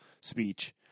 speech